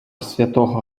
святого